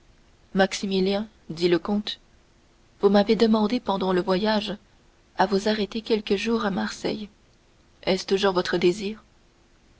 maximilien dit le comte vous m'avez demandé pendant le voyage à vous arrêter quelques jours à marseille est-ce toujours votre désir